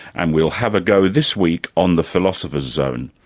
and we'll have a go this week on the philosopher's zone.